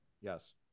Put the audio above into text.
Yes